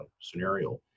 scenario